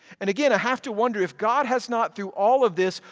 and again i have to wonder if god has not through all of this,